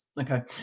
Okay